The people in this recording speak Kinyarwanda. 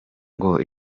ngo